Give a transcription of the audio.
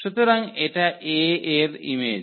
সুতরাং এটা A এর ইমেজ